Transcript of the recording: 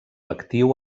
actiu